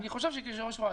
אני חושב שכיושב-ראש ועדה,